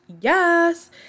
yes